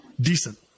decent